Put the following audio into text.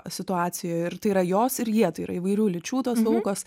situacijoj ir tai yra jos ir jie tai yra įvairių lyčių tos aukos